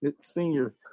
Senior